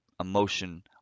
emotion